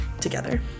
together